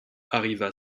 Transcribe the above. arriva